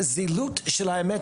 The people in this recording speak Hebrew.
הזילות של האמת,